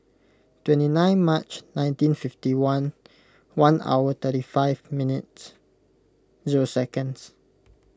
twenty nine March nineteen fifty one one hour thirty five minutes zero seconds